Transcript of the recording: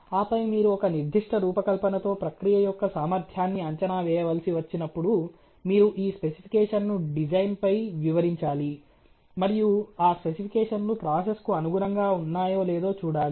ఆపై మీరు ఒక నిర్దిష్ట రూపకల్పనతో ప్రక్రియ యొక్క సామర్థ్యాన్ని అంచనా వేయవలసి వచ్చినప్పుడు మీరు ఈ స్పెసిఫికేషన్ను డిజైన్పై వివరించాలి మరియు ఆ స్పెసిఫికేషన్లు ప్రాసెస్కు అనుగుణంగా ఉన్నాయో లేదో చూడాలి